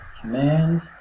Command